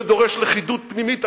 זה דורש לכידות פנימית אדירה,